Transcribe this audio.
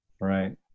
Right